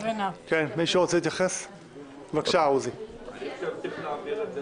אני חושב שצריך להעביר את זה